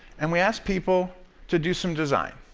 and we ask people to do some design.